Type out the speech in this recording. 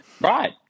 Right